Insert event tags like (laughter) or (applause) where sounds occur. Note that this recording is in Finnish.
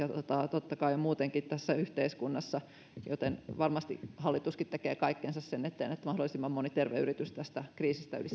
totta kai muutenkin tässä yhteiskunnassa joten varmasti hallituskin tekee kaikkensa sen eteen että mahdollisimman moni terve yritys tästä kriisistä yli (unintelligible)